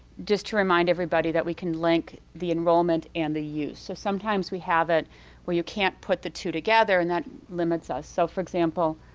just to remind everybody that we can link the enrollment and the the use. so sometimes we have it where you can't put the two together and that limits us. so, for example,